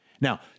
Now